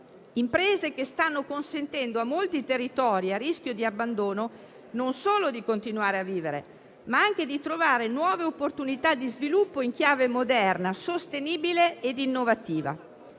imprese, che stanno consentendo a molti territori a rischio di abbandono non solo di continuare a vivere, ma anche di trovare nuove opportunità di sviluppo, in chiave moderna, sostenibile ed innovativa,